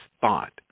thought